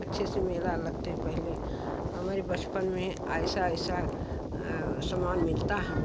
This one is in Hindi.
अच्छे से मेला लगते है पहले हमारे बचपन में ऐसा ऐसा समान मिलता हैं